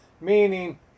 meaning